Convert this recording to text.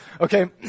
okay